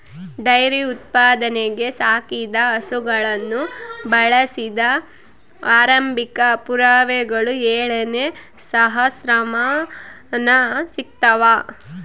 dairy ಉತ್ಪಾದನೆಗೆ ಸಾಕಿದ ಹಸುಗಳನ್ನು ಬಳಸಿದ ಆರಂಭಿಕ ಪುರಾವೆಗಳು ಏಳನೇ ಸಹಸ್ರಮಾನ ಸಿಗ್ತವ